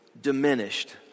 diminished